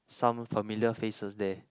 some familiar faces there